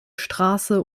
straße